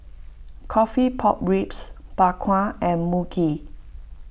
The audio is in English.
Coffee Pork Ribs Bak Kwa and Mui Kee